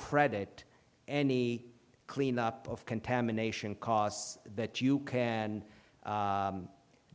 credit any cleanup of contamination costs that you